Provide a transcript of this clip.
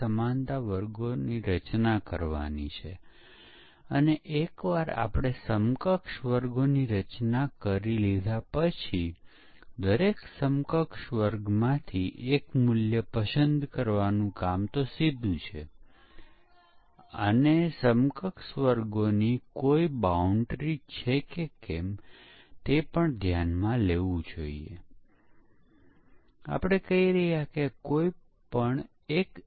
જ્યારે પ્રોગ્રામમાં ખામી હોય છે જેને આપણે ડીફેક્ટ પણ કહીશું ત્યારે પ્રોગ્રામ પરીક્ષણ દરમિયાન નિષ્ફળ થઈ શકે છે પરંતુ જો પ્રોગ્રામમાં ભૂલો અથવા ખામી હોય તો પણ પરીક્ષણ દરમિયાન પ્રોગ્રામ નિષ્ફળ ન થાય તેવું બની શકે છે તે શા માટે છે